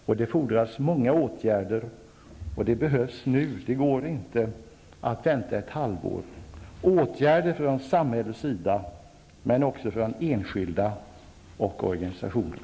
Och det fordras många åtgärder, och de behövs nu. Det går inte att vänta ett halvår. Det krävs åtgärder från samhällets sida men också från enskilda och organisationer.